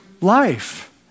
life